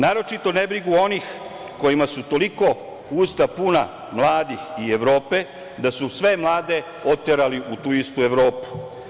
Naročito nebrigu onih kojima su toliko usta puna mladih i Evrope, da su sve mlade oterali u tu istu Evropu.